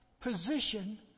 position